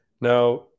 Now